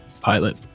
pilot